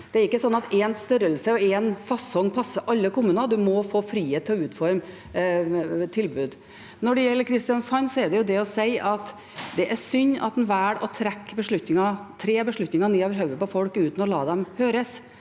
Det er ikke slik at én størrelse og én fasong passer alle kommuner. Man må få frihet til å utforme tilbud. Når det gjelder Kristiansand, er det å si at det er synd at en velger å tre beslutninger ned over hodet på folk uten å la dem høres.